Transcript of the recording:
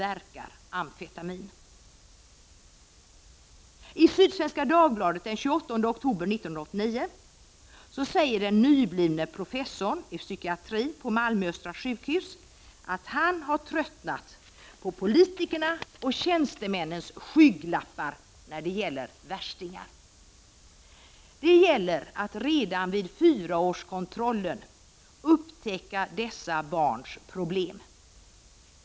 I en artikel i Sydsvenska Dagbladet den 28 oktober 1989 säger den nytillträdde professorn i psykiatri på Malmö östra sjukhus, Sten Levander, att han har tröttnat på politikernas och tjänstemännens skygglappar när det gäller värstingar. Det gäller att redan vid fyraårskontrollen upptäcka dessa barns problem.